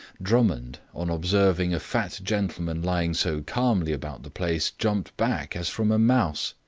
drummond, on observing a fat gentleman lying so calmly about the place, jumped back, as from a mouse.